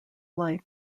life